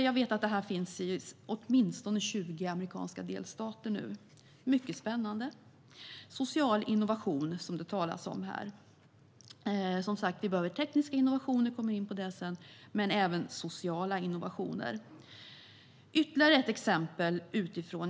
Jag vet att dessa benefit corporations finns i åtminstone 20 amerikanska delstater nu. Det är mycket spännande. Vi behöver tekniska innovationer - jag kommer in på det sedan - men även sociala innovationer. Låt mig ta ytterligare ett exempel utifrån.